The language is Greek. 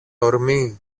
ορμή